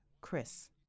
Chris